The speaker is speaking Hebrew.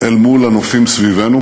אל מול הנופים סביבנו.